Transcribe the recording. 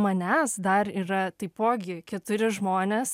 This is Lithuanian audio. manęs dar yra taipogi keturi žmonės